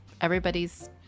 everybody's